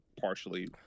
partially